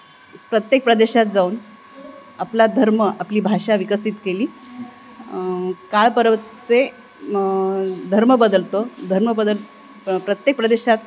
प्रत्येक प्रदेशात जाऊन आपला धर्म आपली भाषा विकसित केली काळपरत्वे धर्म बदलतो धर्म बदल प्रत्येक प्रदेशात